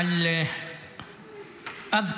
אמרתי